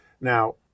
Now